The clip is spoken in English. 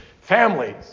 families